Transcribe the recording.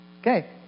Okay